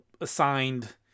assigned